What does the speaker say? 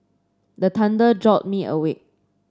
the thunder jolt me awake